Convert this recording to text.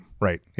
right